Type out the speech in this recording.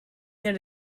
that